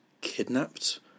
Kidnapped